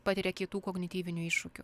patiria kitų kognityvinių iššūkių